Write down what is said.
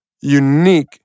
unique